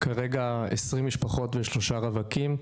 כרגע 20 משפחות ושלושה רווקים.